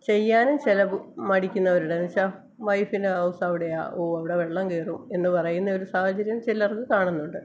ചെയ്യാനും ചില മടിക്കുന്നവരുടെ എന്ന് വെച്ചാൽ വൈഫിന് ഹൗസ് അവിടെയാണ് ഓ അവിടെ വെള്ളം കയറും എന്ന് പറയുന്ന ഒരു സാഹചര്യം ചിലർക്ക് കണുന്നുണ്ട്